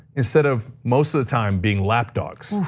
instead of, most of the time, being lapdogs.